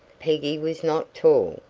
peggy was not tall,